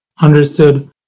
Understood